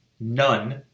none